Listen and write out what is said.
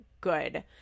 good